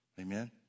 Amen